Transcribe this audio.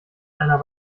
einer